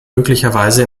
möglicherweise